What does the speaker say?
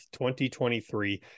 2023